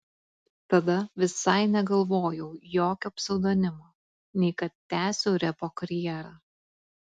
tada visai negalvojau jokio pseudonimo nei kad tęsiu repo karjerą